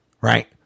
right